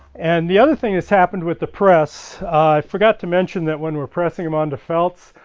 and the other thing thats happened with the press, i forgot to mention that when we're pressing them onto felts,